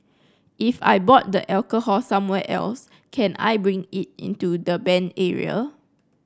if I bought the alcohol somewhere else can I bring it into the banned area